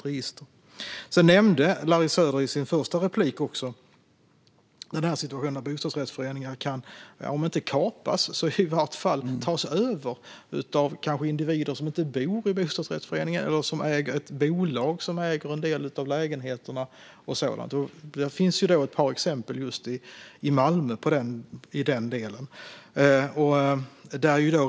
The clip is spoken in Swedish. Larry Söder nämnde i sitt första inlägg att bostadsrättsföreningar kan om inte kapas så i vart fall tas över av individer som inte bor i bostadsrättsföreningen eller som äger ett bolag som äger en del av lägenheterna. Det finns ett par sådana exempel i Malmö.